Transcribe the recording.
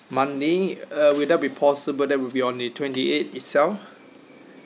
monday uh will that be possible that will be on the twenty eight itself